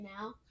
now